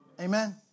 Amen